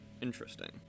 Interesting